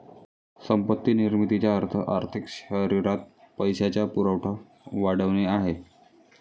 संपत्ती निर्मितीचा अर्थ आर्थिक शरीरात पैशाचा पुरवठा वाढवणे आहे